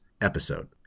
episode